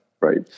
Right